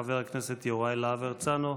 ואחריה, חבר הכנסת יוראי להב הרצנו.